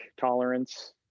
tolerance